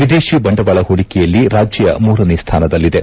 ವಿದೇತಿ ಬಂಡವಾಳ ಹೂಡಿಕೆಯಲ್ಲಿ ರಾಜ್ಯ ಮೂರನೇ ಸ್ಥಾನದಲ್ಲಿದೆ